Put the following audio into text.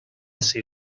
ser